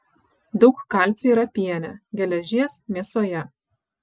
daug kalcio yra piene geležies mėsoje